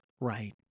right